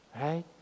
right